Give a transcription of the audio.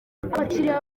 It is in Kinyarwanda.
abakiriya